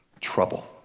Trouble